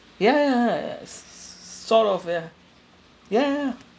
ya ya uh s~ sort of ya ya